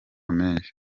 menshi